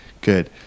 good